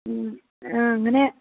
ആ അങ്ങനെ